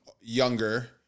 younger